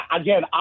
again